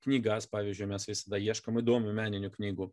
knygas pavyzdžiui mes visada ieškom įdomių meninių knygų